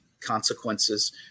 consequences